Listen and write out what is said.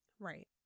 Right